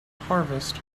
harvest